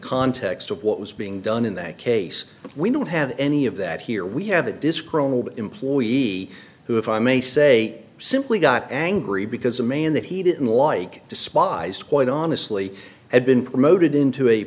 context of what was being done in that case we don't have any of that here we have a disgruntled employee who if i may say simply got angry because a man that he didn't like despised point honestly had been promoted into a